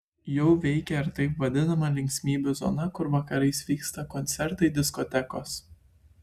jau veikia ir taip vadinama linksmybių zona kur vakarais vyksta koncertai diskotekos